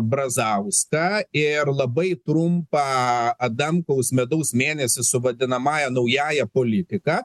brazauską ir labai trumpą adamkaus medaus mėnesį su vadinamąja naująja politika